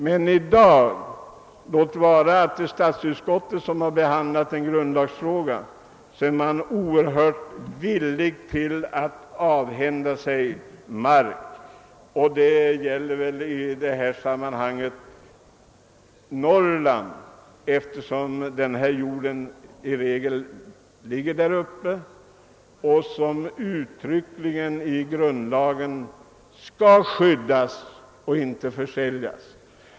Och nu, när statsutskottet har behandlat en grundlagsfråga, är man lika villig att avhända sig mark i Norrland, som enligt grundlagen skall skyddas och inte försäljas.